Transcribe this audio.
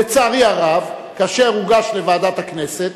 לצערי הרב, כאשר הוא הוגש לוועדת הכנסת,